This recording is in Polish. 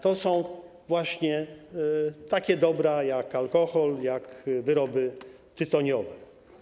To są właśnie takie dobra jak alkohol czy wyroby tytoniowe.